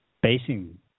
basing